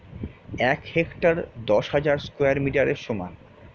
এক হেক্টার দশ হাজার স্কয়ার মিটারের সমান